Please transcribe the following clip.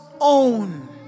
own